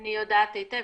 אני יודעת היטב.